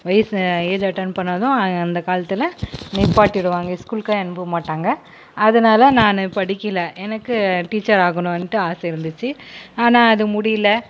வயசு age attain பண்ணதும் அந்த காலத்தில் நிப்பாட்டிடுவாங்க ஸ்கூலுக்கே அனுப்ப மாட்டாங்க அதனால நான் படிக்கல எனக்கு டீச்சர் ஆகணுன்னுட்டு ஆசை இருந்துச்சு ஆனால் அது முடியல